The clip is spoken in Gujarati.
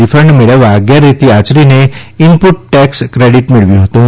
રિફંડ મેળવવા ગેરરીતી આયરીને ઇનપુટ ટેક્સ ક્રેડિટ મેળવ્યું હતું